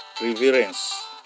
reverence